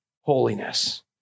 holiness